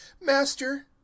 Master